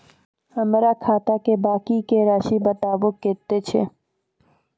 हमर खाता के बाँकी के रासि बताबो कतेय छै?